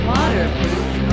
Waterproof